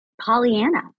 Pollyanna